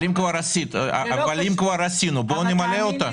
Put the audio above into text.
אם כבר עשינו, בואו נמלא אותה.